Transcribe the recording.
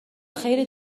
خیلی